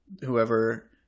whoever